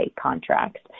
contracts